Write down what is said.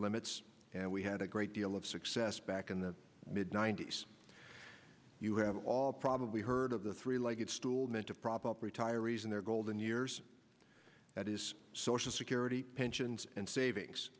limits and we had a great deal of success back in the mid ninety's you have all probably heard of the three legged stool men to prop up retirees in their golden years that is social security pensions and savings